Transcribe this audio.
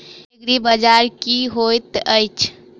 एग्रीबाजार की होइत अछि?